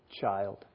child